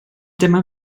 dyma